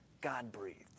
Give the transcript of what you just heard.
God-breathed